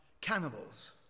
cannibals